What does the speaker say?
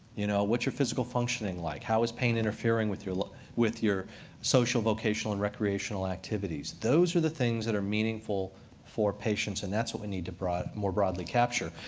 you know what's your physical functioning like? how is pain interfering with your with your social, vocational, and recreational activities? those are the things that are meaningful for patients, and that's what we need to more broadly capture.